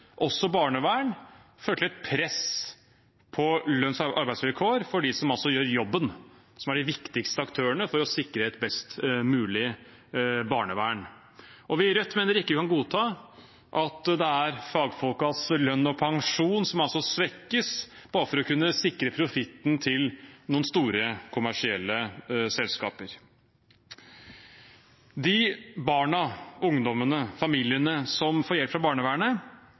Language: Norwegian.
også barnevern fører til et press på lønns- og arbeidsvilkår for dem som altså gjør jobben, og som er de viktigste aktørene for å sikre et best mulig barnevern. Vi i Rødt mener vi ikke kan godta at det er fagfolkenes lønn og pensjon som svekkes bare for å kunne sikre profitten til noen store, kommersielle selskaper. De barna, ungdommene og familiene som får hjelp fra barnevernet,